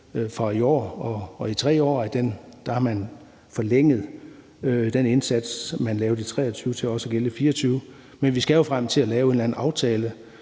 fra i år og 3 år frem, har man forlænget den indsats, man lavede i 2023, til også at gælde i 2024. Men vi skal jo frem til at lave en eller anden aftale.